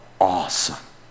awesome